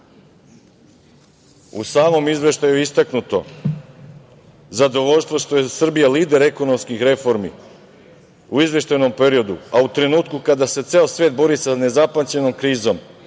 u samom izveštaju je istaknuto zadovoljstvo što je Srbija lider ekonomskih reformi u izveštajnom periodu, a u trenutku kada se ceo svet bori sa nezapamćenom krizom,